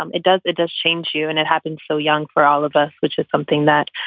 um it does. it does change you. and it happens so young for all of us, which is something that.